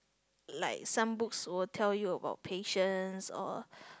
like some books will tell you about passion or